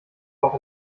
auch